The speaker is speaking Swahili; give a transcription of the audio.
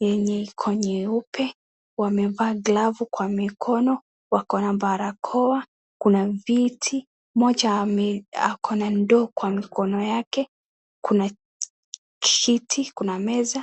yenye iko nyeupe. Wamevaa glavu kwa mikono, wako na barakoa. Kuna viti, mmoja ako na ndoo kwa mikono yake, kuna kiti, kuna meza.